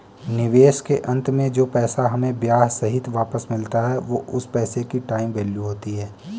निवेश के अंत में जो पैसा हमें ब्याह सहित वापस मिलता है वो उस पैसे की टाइम वैल्यू होती है